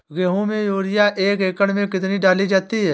गेहूँ में यूरिया एक एकड़ में कितनी डाली जाती है?